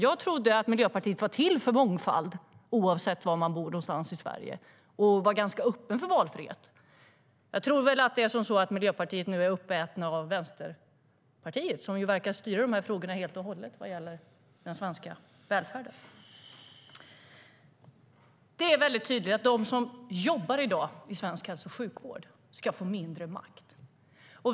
Jag trodde att Miljöpartiet var för mångfald, oavsett var man bor i Sverige, och var ganska öppna för valfrihet. Jag tror kanske att Miljöpartiet nu är uppätet av Vänsterpartiet, som verkar styra frågorna om den svenska välfärden helt och hållet. Det är väldigt tydligt att de som i dag jobbar i svensk hälso och sjukvård ska få mindre makt.